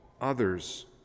others